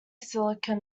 silicon